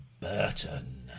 Burton